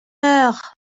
heure